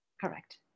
Correct